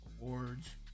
awards